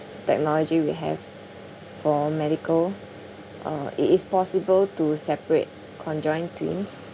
technology we have for medical uh it is possible to separate conjoined twins